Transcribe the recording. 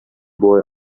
boy